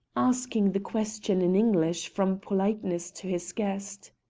asking the question in english from politeness to his guest.